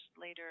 later